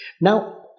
Now